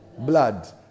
blood